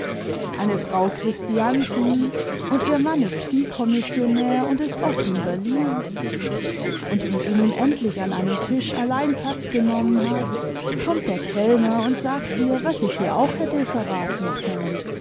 eine frau christiansen und ihr mann ist viehkommissionär und ist oft in berlin und wie sie nun endlich an einem tisch allein platz genommen hat kommt der kellner und sagt ihr was ich ihr auch hätte verraten können